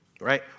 right